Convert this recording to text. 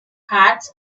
heart